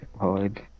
hard